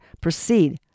proceed